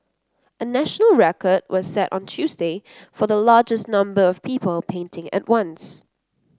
a national record was set on Tuesday for the largest number of people painting at once